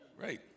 Right